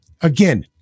again